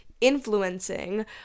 influencing